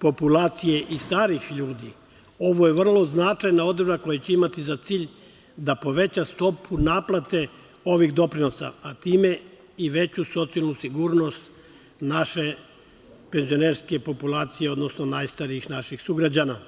populacije i starih ljudi ovo je vrlo značajna odredba koja će imati za cilj da poveća stopu naplate ovih doprinosa, a time i veću socijalnu sigurnost naše penzionerske populacije, odnosno najstarijih naših sugrađana.